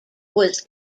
was